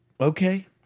okay